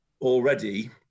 already